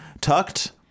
tucked